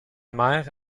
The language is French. mère